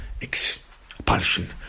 expulsion